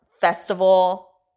festival